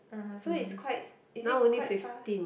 (uh huh) so it's quite is it quite far